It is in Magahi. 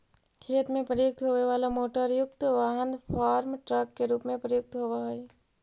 खेत में प्रयुक्त होवे वाला मोटरयुक्त वाहन फार्म ट्रक के रूप में प्रयुक्त होवऽ हई